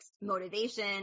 motivation